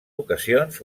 ocasions